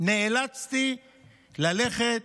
נאלצתי ללכת